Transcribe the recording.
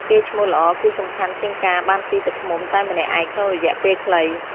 កេរ្តិ៍ឈ្មោះល្អ គឺសំខាន់ជាងការបានស៊ីទឹកឃ្មុំតែម្នាក់ឯងក្នុងរយៈពេលខ្លី។